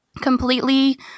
Completely